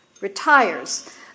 retires